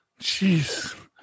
Jeez